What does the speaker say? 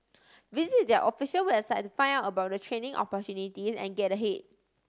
visit their official website to find out about the training opportunities and get ahead